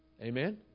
Amen